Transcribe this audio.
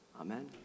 Amen